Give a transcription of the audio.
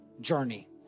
journey